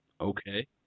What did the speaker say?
Okay